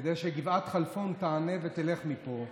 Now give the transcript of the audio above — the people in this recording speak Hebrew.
כדי שגבעת כלפון תענה ותלך מפה.